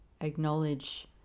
acknowledge